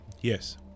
Yes